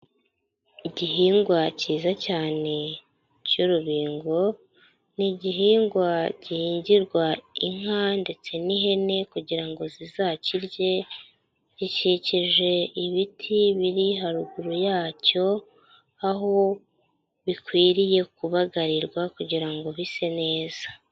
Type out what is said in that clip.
Igihingwa cyiza cyane cy'urubingo, ni igihingwa gihingirwa inka ndetse n'ihene kugira ngo zizakirye, gikikije ibiti biri haruguru yacyo, aho bikwiriye kubagarirwa kugira ngo bise neza.